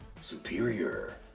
Superior